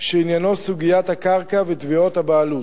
שעניינו סוגיית הקרקע ותביעות הבעלות.